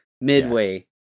Midway